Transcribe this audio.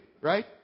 right